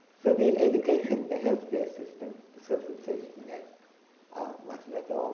so the education, the health care system, the social safety net much of